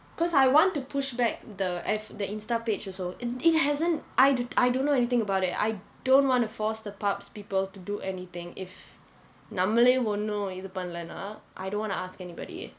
because I want to push back the F the Instagram page also in it hasn't I'd I don't know anything about it I don't want to force the pubs people to do anything if நம்மளே ஒன்னும் இது பண்ணலைனா:nammale onnum ithu pannalainaa I don't want to ask anybody